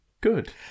Good